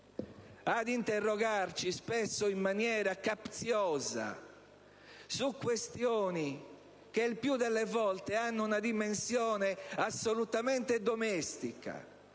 ad interrogarci, spesso in maniera capziosa, su questioni che il più delle volte hanno una dimensione assolutamente domestica